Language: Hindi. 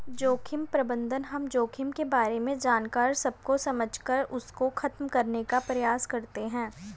जोखिम प्रबंधन हम जोखिम के बारे में जानकर उसको समझकर उसको खत्म करने का प्रयास करते हैं